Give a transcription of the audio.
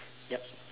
yup